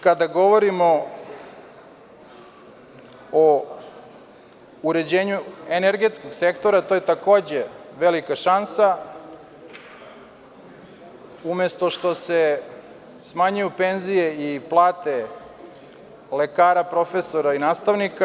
Kada govorimo o uređenju energetskog sektora to je takođe velika šansa umesto što se smanjuju penzije i plate lekara, profesora i nastavnika.